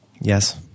yes